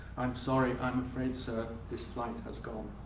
i'm sorry. i'm afraid, sir, this flight has gone.